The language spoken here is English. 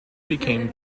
became